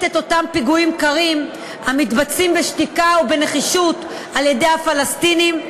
את אותם פיגועים קרים המתבצעים בשתיקה ובנחישות על-ידי הפלסטינים,